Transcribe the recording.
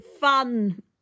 fun